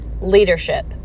leadership